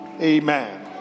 amen